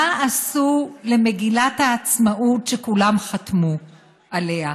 מה עשו למגילת העצמאות שכולם חתמו עליה?